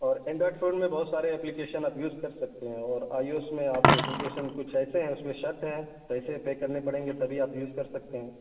اور Android phone میں بہت سارے ایپلیکیشن آپ یوز کر سکتے ہیں اور آئی او ایس میں آپ ایپلیکیشن کچھ ایسے ہیں اس میں شرط ہیں پیسے پے کرنے پڑیں گے تبھی آپ یوز کر سکتے ہیں